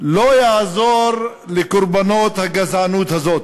לא יעזרו לקורבנות הגזענות הזאת,